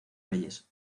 reyes